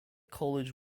college